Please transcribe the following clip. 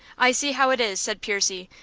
i see how it is, said percy,